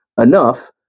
enough